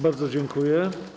Bardzo dziękuję.